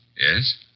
Yes